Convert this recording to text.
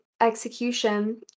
execution